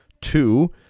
two